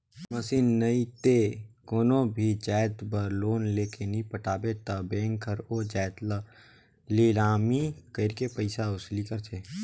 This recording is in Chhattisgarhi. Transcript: मसीन नइते कोनो भी जाएत बर लोन लेके नी पटाबे ता बेंक हर ओ जाएत ल लिलामी करके पइसा वसूली करथे